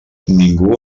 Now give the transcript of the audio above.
ningú